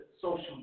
social